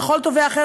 ככל תובע אחר,